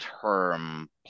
term